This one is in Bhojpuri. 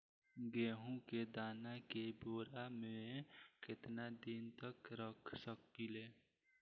गेहूं के दाना के बोरा में केतना दिन तक रख सकिले?